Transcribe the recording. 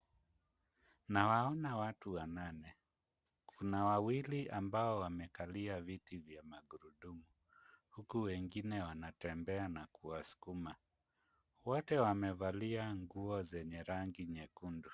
Nawaona watu wanane. Kuna wawili ambao wamekalia viti vya magurudumu, huku wengine wanatembea na kuwasukuma. Wote wamevalia nguo zenye rangi nyekundu.